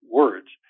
words